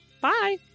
Bye